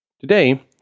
Today